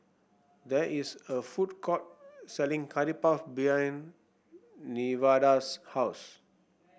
there is a food court selling Curry Puff behind Nevada's house